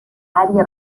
àrea